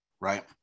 right